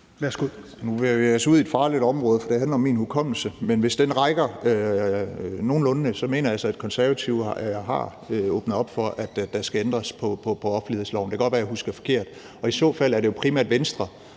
vi os ud i et farligt område, for det handler om min hukommelse, men hvis den rækker nogenlunde, mener jeg, at Konservative har åbnet op for, at der skal ændres på offentlighedsloven. Det kan godt være, at jeg husker forkert, og i så fald er det jo primært Venstre